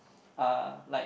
uh like